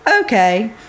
okay